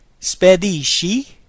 spedisci